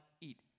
eat